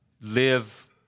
live